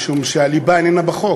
משום שהליבה איננה בחוק.